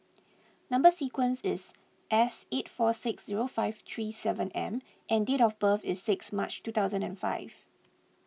Number Sequence is S eight four six zero five three seven M and date of birth is six March two thousand and five